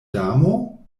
damo